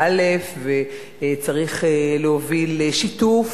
וצריך להוביל לשיתוף,